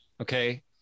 Okay